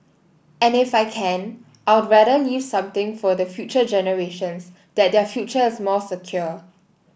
and if I can I'd rather leave something for the future generations that their future is more secure